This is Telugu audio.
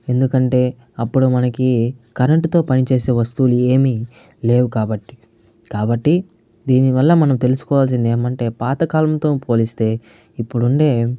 ఎందుకంటే అప్పుడు మనకు కరెంటుతో పని చేసే వస్తువులు ఏమీ లేవు కాబట్టి కాబట్టి దీనివల్ల మనం తెలుసుకోవాల్సింది ఏమంటే పాత కాలంతో పోలిస్తే ఇప్పుడు ఉండే